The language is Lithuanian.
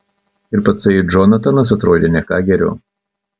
ir patsai džonatanas atrodė ne ką geriau